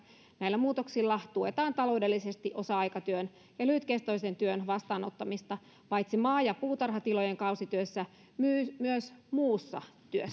näillä muutoksilla tuetaan taloudellisesti osa aikatyön ja lyhytkestoisen työn vastaanottamista paitsi maa ja puutarhatilojen kausityössä myös muussa työssä